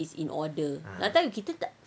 is in order ah kan kita tak